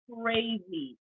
crazy